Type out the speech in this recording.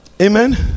amen